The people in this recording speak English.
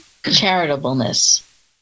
charitableness